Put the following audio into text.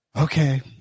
okay